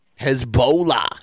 Hezbollah